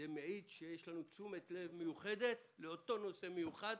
זה מעיד שיש לנו תשומת לב מיוחדת לאותו נושא מיוחד,